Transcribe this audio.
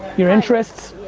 your interests?